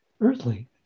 earthly